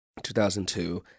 2002